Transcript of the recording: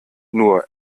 nur